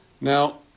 Now